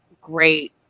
great